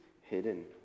hidden